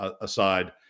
aside